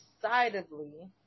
decidedly